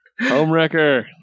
Homewrecker